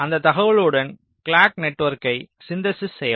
அந்த தகவலுடன் கிளாக் நெட்வொர்க்கை சிந்தெசிஸ் செய்யவும்